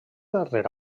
darrer